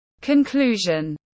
Conclusion